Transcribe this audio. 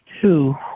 two